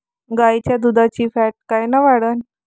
गाईच्या दुधाची फॅट कायन वाढन?